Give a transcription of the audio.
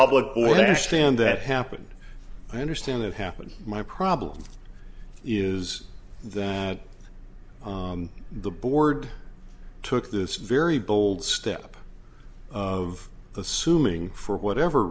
order stand that happened i understand that happened my problem is that the board took this very bold step of assuming for whatever